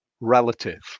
relative